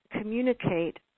communicate